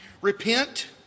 Repent